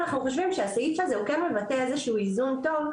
אנחנו חושבים שהסעיף הזה כן מבטא איזשהו איזון טוב,